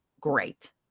great